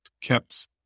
kept